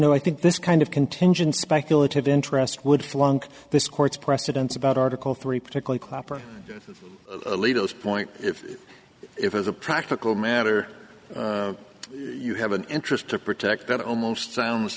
know i think this kind of contingency speculative interest would flunk this court's precedents about article three particularly clapper leaders point if if as a practical matter you have an interest to protect that almost sounds